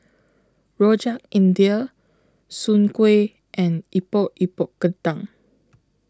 Rojak India Soon Kway and Epok Epok Kentang